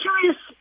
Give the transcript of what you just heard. curious